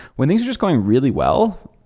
when things are just going really well,